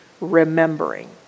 remembering